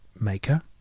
maker